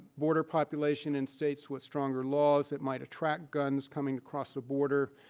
border population in states with stronger laws that might attract guns coming across the border,